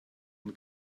und